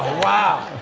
wow.